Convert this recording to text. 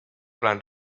plans